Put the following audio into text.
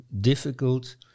difficult